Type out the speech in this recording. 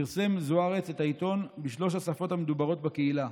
פרסם זוארץ את העיתון בשלוש השפות המדוברות בקהילה: